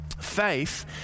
Faith